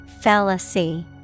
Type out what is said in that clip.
Fallacy